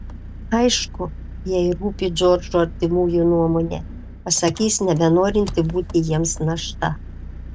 aišku jai rūpi džordžo artimųjų nuomonė pasakys nebenorinti būti jiems našta